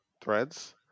Threads